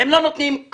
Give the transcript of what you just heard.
אבל הם לא נותנים כלום,